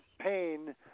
pain